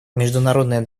международная